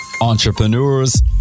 entrepreneurs